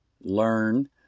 learn